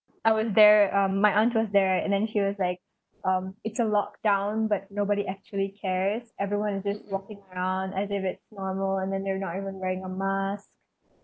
I was there um my aunt was there and then she was like um it's a lock down but nobody actually cares everyone is just walking around as if it's normal and then they're not even wearing a mask